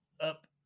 up